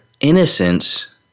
innocence